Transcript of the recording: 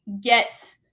get